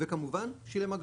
וכמובן שילם אגרה,